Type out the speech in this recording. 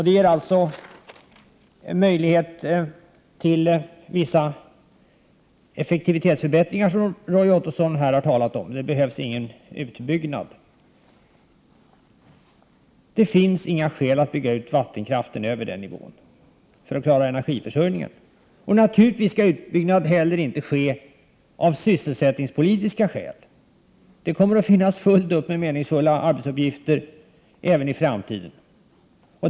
Det ger alltså möjlighet till vissa effektivitetsförbättringar, som Roy Ottosson här har talat om. Det behövs ingen utbyggnad. Det finns inga skäl att bygga ut vattenkraften över den nivån för att klara energiförsörjningen. Och naturligtvis skall utbyggnad heller inte ske av sysselsättningspolitiska skäl. Det kommer att finnas fullt upp med meningsfulla arbetsuppgifter även i framtiden.